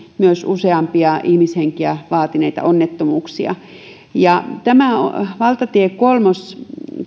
myös useampia ihmishenkiä vaatineita onnettomuuksia kun selvittelimme tätä valtatie kolmosen